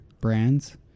brands